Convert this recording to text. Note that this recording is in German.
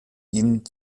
ihn